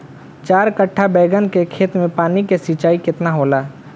चार कट्ठा बैंगन के खेत में पानी के सिंचाई केतना होला?